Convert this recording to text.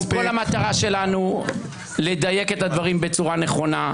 כל המטרה שלנו היא לדייק את הדברים בצורה נכונה.